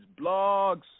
blogs